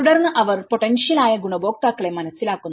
തുടർന്ന് അവർ പൊട്ടെൻഷിയൽ ആയ ഗുണഭോക്താക്കളെ മനസിലാക്കുന്നു